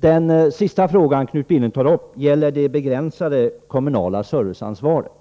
Den sista frågan som Knut Billing tog upp gällde det begränsade kommunala serviceansvaret.